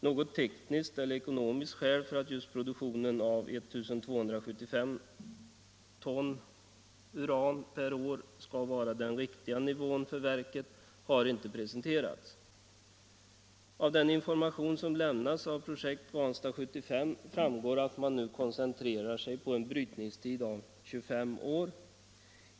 Något tek niskt eller ekonomiskt skäl för att just produktionen av I 275 ton uran per år skulle vara den riktiga nivån för verket har inte presenterats. Av den information som lämnats om projekt Ranstad 75 framgår att man nu koncentrerar sig på en brytningstid av 25 år.